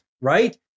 right